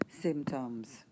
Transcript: symptoms